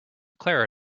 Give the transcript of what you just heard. clara